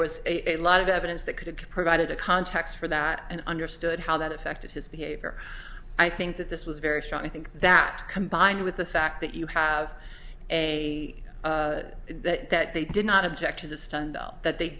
was a lot of evidence that could have provided a context for that and understood how that affected his behavior i think that this was very strong i think that combined with the fact that you have a that they did not object to the stand that they